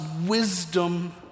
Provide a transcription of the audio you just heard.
wisdom